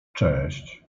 cześć